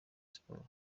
sports